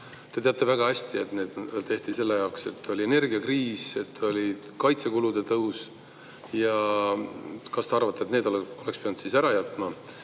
Te teate väga hästi, et seda tehti seetõttu, et oli energiakriis, et oli kaitsekulude tõus. Kas te arvate, et need oleks pidanud siis ära jätma? Te